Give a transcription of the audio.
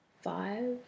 five